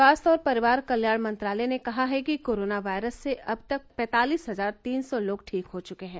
स्वास्थ्य और परिवार कल्याण मंत्रालय ने कहा है कि कोरोना वायरस से अब तक पैंतालिस हजार तीन सौ लोग ठीक हो चुके हैं